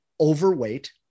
overweight